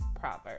proverb